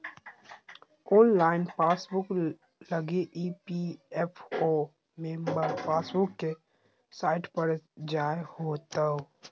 online passbook लगी EPFO member passbook के site पर जाय होतो